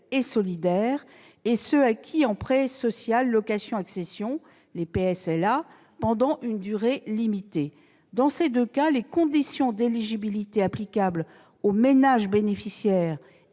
et solidaire et ceux acquis en prêt social location-accession, les PSLA, pendant une durée limitée. Dans ces deux cas de sédentarisation, les conditions d'éligibilité applicables aux ménages bénéficiaires